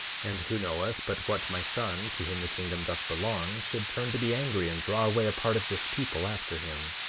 and who knoweth but what my son, to whom the kingdom doth belong, should turn to be angry and draw away a part of this people after him,